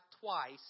twice